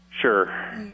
sure